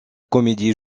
comédie